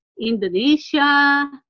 Indonesia